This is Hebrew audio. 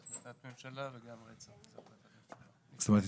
זאת אומרת,